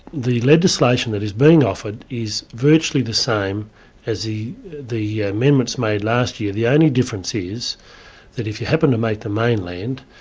the legislation that is being offered is virtually the same as the the amendments made last year, the only difference is that if you happen to make the mainland,